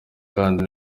kandi